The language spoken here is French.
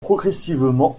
progressivement